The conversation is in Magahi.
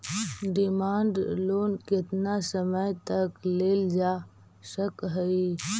डिमांड लोन केतना समय तक लेल जा सकऽ हई